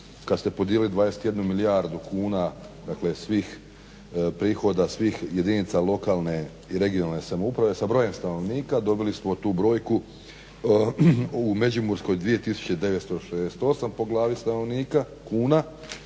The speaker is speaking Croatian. kad ste podijelili 21 milijardu kuna dakle svih prihoda svih jedinica lokalne i regionalne samouprave sa brojem stanovnika dobili smo tu brojku u Međimurskoj 2968 po glavi stanovnika kuna,